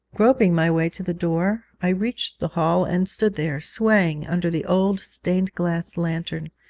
groping my way to the door, i reached the hall and stood there, swaying under the old stained-glass lantern.